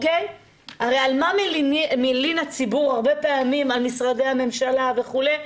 הרי על מה מלין הציבור הרבה פעמים על משרדי הממשלה וכולי,